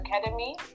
academy